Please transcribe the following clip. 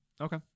okay